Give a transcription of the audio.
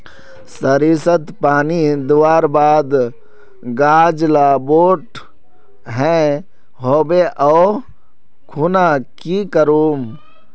सरिसत पानी दवर बात गाज ला बोट है होबे ओ खुना की करूम?